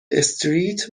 استریت